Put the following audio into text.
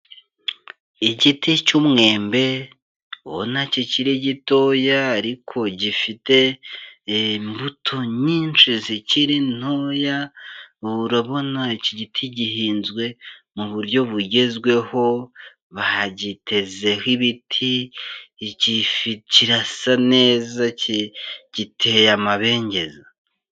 Igiti cy'umwembe ubona kikiri gitoya ariko gifite imbuto nyinshi zikiri ntoya urabona iki igiti gihinzwe mu buryo bugezweho bagitezeho ibiti kirasa neza giteye amabengeza.